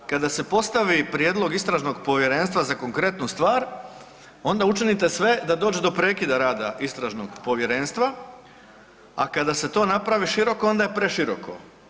Kada se postavi prijedlog istražnog povjerenstva za konkretnu stvar onda učinite sve da dođe do prekida rada istražnog povjerenstva, a kada se to napravi široko onda je preširoko.